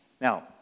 Now